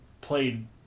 played